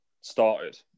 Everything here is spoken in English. started